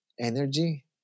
energy